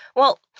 well,